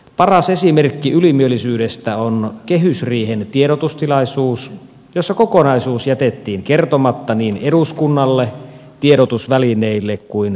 paras esimerkki ylimielisyydestä on kehysriihen tiedotustilaisuus jossa kokonaisuus jätettiin kertomatta niin eduskunnalle tiedotusvälineille kuin kansalaisillekin